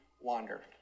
wander